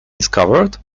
discovered